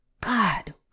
god